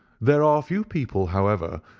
there are few people, however,